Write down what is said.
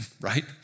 right